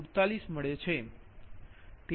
47 મળે છે